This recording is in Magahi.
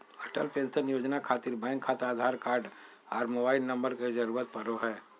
अटल पेंशन योजना खातिर बैंक खाता आधार कार्ड आर मोबाइल नम्बर के जरूरत परो हय